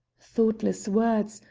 thoughtless words,